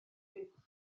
buwch